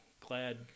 glad